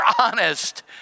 honest